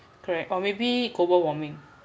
correct or maybe global warming